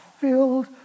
filled